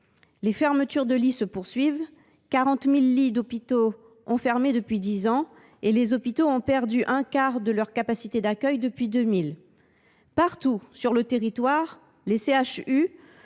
Les fermetures de lits se poursuivent : 40 000 lits d’hôpitaux ont disparu depuis dix ans, et les hôpitaux ont perdu un quart de leur capacité d’accueil depuis 2000. Partout sur le territoire, les